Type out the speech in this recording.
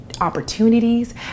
opportunities